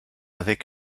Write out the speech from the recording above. avec